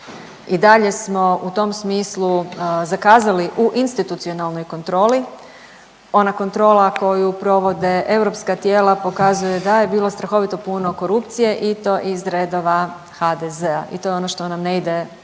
i dalje smo u tom smislu zakazali u institucionalnoj kontroli. Ona kontrola koju provode europska tijela pokazuje da je bilo strahovito puno korupcije i to iz redova HDZ-a i to je ono što nam ne ide,